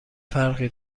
فرقی